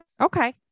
Okay